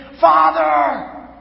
Father